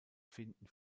finden